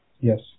Yes